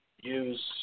use